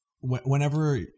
whenever